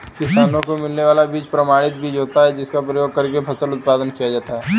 किसानों को मिलने वाला बीज प्रमाणित बीज होता है जिसका प्रयोग करके फसल उत्पादन किया जाता है